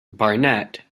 barnett